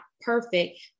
perfect